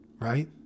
right